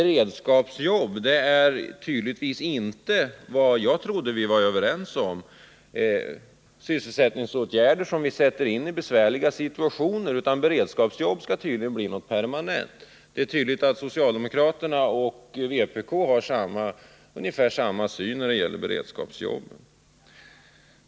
Jag trodde att vi var överens om att beredskapsarbete var en sysselsättningsåtgärd som vi satte in i besvärliga situationer. Men det är tydligt att socialdemokraterna och vpk har ungefär samma syn på beredskapsjobb.